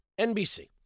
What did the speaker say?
NBC